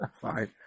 Fine